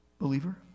believer